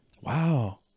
Wow